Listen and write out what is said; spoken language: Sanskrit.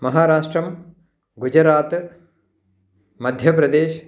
महाराष्ट्रं गुजरात् मध्यप्रदेशः